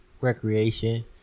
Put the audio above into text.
recreation